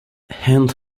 and